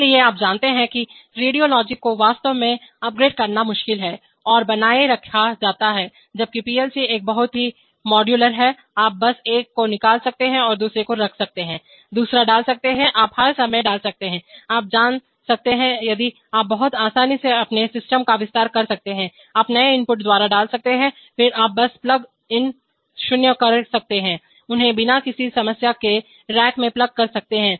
इसलिए आप जानते हैं कि रेडियोलॉजिक को वास्तव में अपग्रेड करना मुश्किल है और बनाए रखा जाता है जबकि पीएलसी एक बहुत ही मॉड्यूलर है आप बस एक को निकाल सकते हैं और दूसरे को रख सकते हैं दूसरा डाल सकते हैं आप हर समय डाल सकते हैं आप जान सकते हैं यदि आप बहुत आसानी से अपने सिस्टम का विस्तार कर सकते हैं आप नए इनपुट द्वारा डाल सकते हैं फिर आप बस प्लग इन 0कर सकते हैं उन्हें बिना किसी समस्या के रैक में प्लग कर सकते हैं